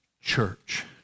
church